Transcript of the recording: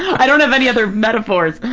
i don't have any other metaphors!